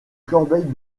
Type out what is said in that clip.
corbeille